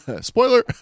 Spoiler